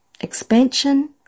Expansion